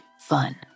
fun